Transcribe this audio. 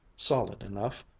solid enough,